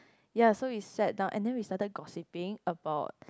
ya so we sat down and then we started gossiping about